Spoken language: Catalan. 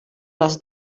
les